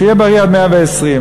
שיהיה בריא עד מאה-ועשרים.